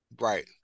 Right